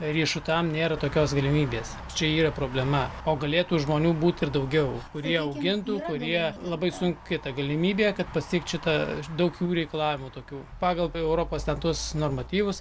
riešutam nėra tokios galimybės čia yra problema o galėtų žmonių būt ir daugiau kurie augintų kurie labai sunki ta galimybė kad pasiekt šitą daug reikalavimų tokių pagal europos ten tuos normatyvus